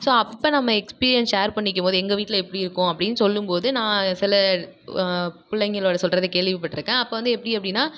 so அப்போ நம்ம experience share பண்ணிக்கும் போது எங்கள் வீட்டில் இப்படி இருக்கும் அப்படின்னு சொல்லும்போது நான் சில பிள்ளைங்களோட சொல்றதை கேள்விப்பட்டிருக்கேன் அப்போ வந்து எப்படி அப்படின்னா